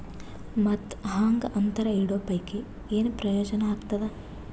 ಮತ್ತ್ ಹಾಂಗಾ ಅಂತರ ಇಡೋ ಪೈಕಿ, ಏನ್ ಪ್ರಯೋಜನ ಆಗ್ತಾದ?